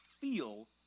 feel